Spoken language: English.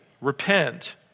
Repent